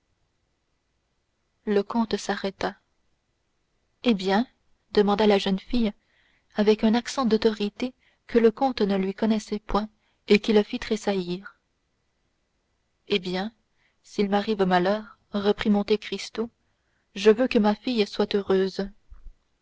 le comte s'arrêta eh bien demanda la jeune fille avec un accent d'autorité que le comte ne lui connaissait point et qui le fit tressaillir eh bien s'il m'arrive malheur reprit monte cristo je veux que ma fille soit heureuse